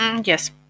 Yes